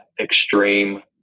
extreme